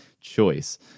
choice